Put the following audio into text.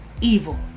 evil